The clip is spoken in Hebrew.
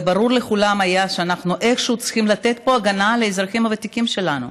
והיה ברור לכולם שאנחנו איכשהו צריכים לתת הגנה לאזרחים הוותיקים שלנו.